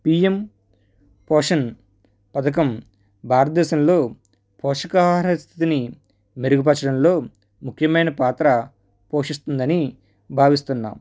PM Poshan పథకం భారతదేశంలో పోషక ఆహార స్థితిని మెరుగుపరచడంలో ముఖ్యమైన పాత్ర పోషిస్తుంది అని భావిస్తున్నాం